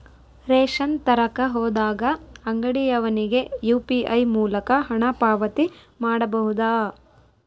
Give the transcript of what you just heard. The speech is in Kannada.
ರೇಷನ್ ತರಕ ಹೋದಾಗ ಅಂಗಡಿಯವನಿಗೆ ಯು.ಪಿ.ಐ ಮೂಲಕ ಹಣ ಪಾವತಿ ಮಾಡಬಹುದಾ?